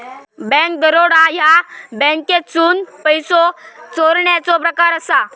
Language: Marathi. बँक दरोडा ह्या बँकेतसून पैसो चोरण्याचो प्रकार असा